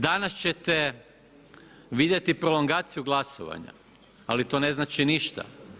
Danas ćete vidjeti prolongaciju glasovanja, ali to ne znači ništa.